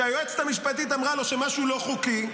כשהיועצת המשפטית אמרה לו שמשהו לא חוקי,